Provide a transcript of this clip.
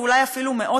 ואולי אפילו מאות,